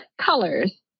colors